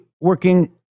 working